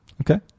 Okay